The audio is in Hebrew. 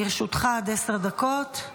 לרשותך עד עשר דקות.